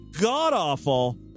god-awful